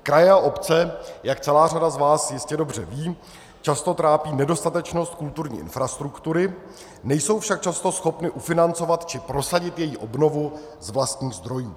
Kraje a obce, jak celá řada z vás jistě dobře ví, často trápí nedostatečnost kulturní infrastruktury, nejsou však často schopny ufinancovat či prosadit její obnovu z vlastních zdrojů.